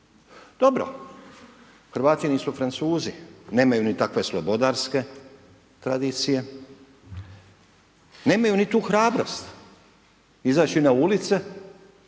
Dobro, Hrvati nisu Francuzi. Nemaju niti takve slobodarske tradicije, nemaju ni tu hrabrost izaći na ulice